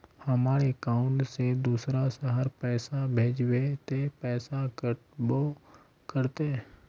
हमर अकाउंट से दूसरा शहर पैसा भेजबे ते पैसा कटबो करते?